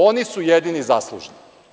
Oni su jedini zaslužni.